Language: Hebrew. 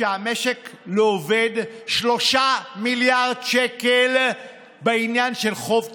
שהמשק לא עובד, 3 מיליארד שקל בעניין של חוב תוצר,